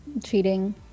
Cheating